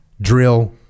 drill